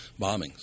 bombings